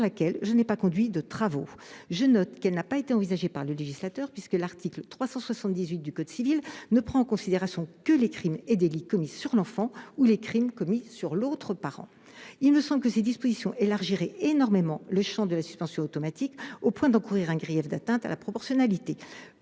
Elle n'a pas non plus été envisagée par le législateur, puisque l'article 378 du code civil ne prend en considération que les crimes et délits commis sur l'enfant ou les crimes commis sur l'autre parent. Il me semble que ces dispositions élargiraient énormément le champ de la suspension automatique, au point d'encourir un grief d'atteinte à la proportionnalité.